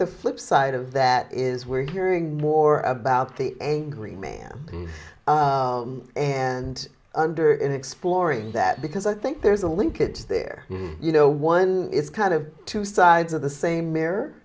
the flipside of that is we're hearing more about the angry man and under in exploring that because i think there's a linkage there you know one is kind of two sides of the same mir